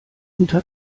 unter